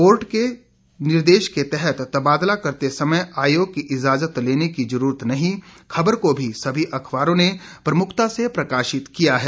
court के निर्देश के तहत तबादला करते समय आयोग की इज़ाजत लेने की जरूरत नहीं खबर को भी सभी अखबारों से प्रमुखता से प्रकाशित किया है